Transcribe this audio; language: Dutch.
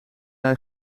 hij